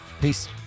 Peace